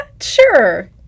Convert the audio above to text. sure